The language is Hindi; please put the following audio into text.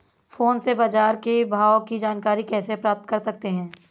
फोन से बाजार के भाव की जानकारी कैसे प्राप्त कर सकते हैं?